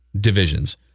divisions